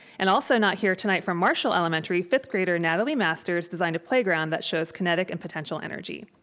and also not here tonight from marshall elementary, fifth grader, natalie masters, designed a playground that shows kinetic and potential energy.